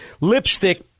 lipstick